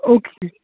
okay